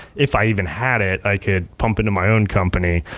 if i even had it, i could pump into my own company.